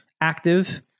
active